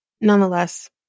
nonetheless